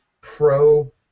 pro